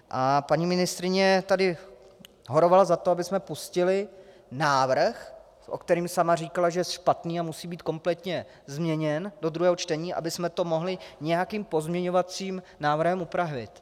A paní ministryně tady horovala za to, abychom pustili návrh, o kterém sama říkala, že je špatný a musí být kompletně změněn, do druhého čtení, abychom to mohli nějakým pozměňovacím návrhem upravit.